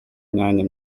imyanya